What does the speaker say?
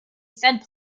said